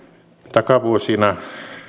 takavuosina